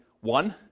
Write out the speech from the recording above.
one